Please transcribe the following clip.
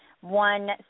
one